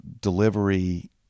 delivery